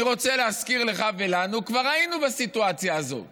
אני רוצה להזכיר לך ולנו: כבר היינו בסיטואציה הזאת